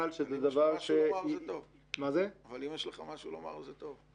אבל אם יש לך משהו לומר, זה טוב.